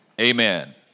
Amen